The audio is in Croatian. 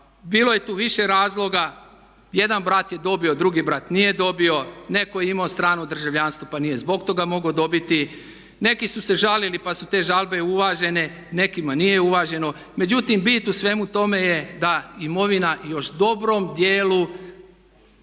Bilo je tu više razloga, jedan brat je dobio, drugi brat nije dobio, netko je imao strano državljanstvo pa nije zbog toga mogao dobiti, neki su se žalili pa su te žalbe uvažene, nekima nije uvaženo. Međutim, bit u svemu tome je da imovina i još dobrom dijelu